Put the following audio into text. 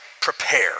prepare